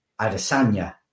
Adesanya